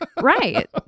Right